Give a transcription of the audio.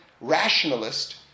rationalist